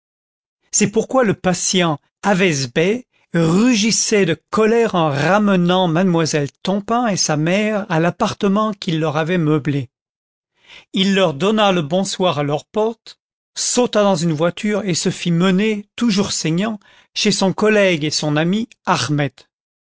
c'est pourquoi le patient ayvaz bey rugissait de colère en ramenant mademoiselle tompain et sa mère à l'appartement qu'il leur avait meublé il leur donna le bonsoir à leur porte sauta dans une voiture et se fit mener toujours saignant chez son collègue et son ami ahmed